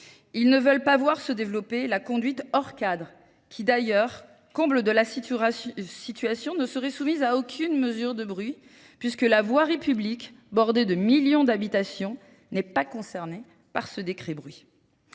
Ils ne veulent pas voir se développer la conduite hors cadre, qui d'ailleurs, comble de la situation, ne serait soumise à aucune mesure de bruit puisque la voie république bordée de millions d'habitations n'est pas concernée par ce décret bruit.